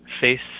face